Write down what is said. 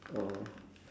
oh